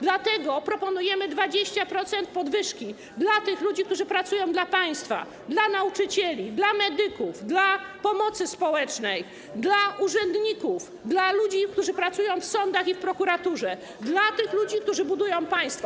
Dlatego proponujemy 20% podwyżki dla tych ludzi, którzy pracują dla państwa, dla nauczycieli, dla medyków, dla pomocy społecznej, dla urzędników, dla ludzi, którzy pracują w sądach i prokuraturze, dla tych ludzi, którzy budują państwo.